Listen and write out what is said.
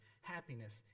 happiness